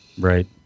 right